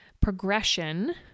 progression